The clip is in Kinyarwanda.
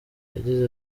yagize